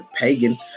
pagan